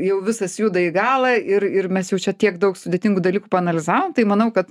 jau visas juda į galą ir ir mes jau čia tiek daug sudėtingų dalykų paanalizavom tai manau kad